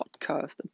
podcast